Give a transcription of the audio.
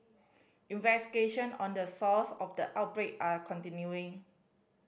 investigation on the source of the outbreak are continuing